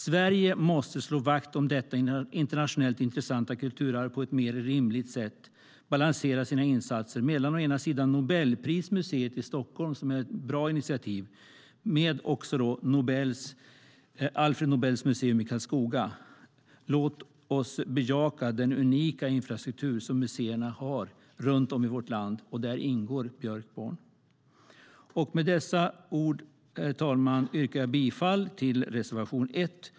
Sverige måste slå vakt om detta internationellt intressanta kulturarv på ett mer rimligt sätt, balansera sina insatser mellan å ena sidan Nobelmuseet i Stockholm, som är ett bra initiativ, och å andra sidan Alfred Nobels museum i Karlskoga. Låt oss bejaka den unika infrastruktur som museerna utgör runt om i vårt land. Där ingår Björkborn. Herr talman! Jag yrkar bifall till reservation 1.